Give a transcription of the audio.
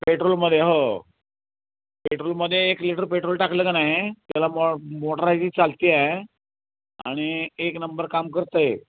पेट्रोलमध्ये हो पेट्रोलमध्ये एक लिटर पेट्रोल टाकलं का नाही त्याला मॉ मोटर आहे ती चालते आहे आणि एक नंबर काम करत आहे